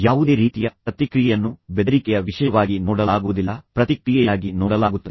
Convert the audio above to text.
ಯಾವುದೇ ರೀತಿಯ ಪ್ರತಿಕ್ರಿಯೆಯನ್ನು ಬೆದರಿಕೆಯ ವಿಷಯವಾಗಿ ನೋಡಲಾಗುವುದಿಲ್ಲ ಆದರೆ ಇದನ್ನು ಒಂದು ರೀತಿಯ ಪ್ರತಿಕ್ರಿಯೆಯಾಗಿ ನೋಡಲಾಗುತ್ತದೆ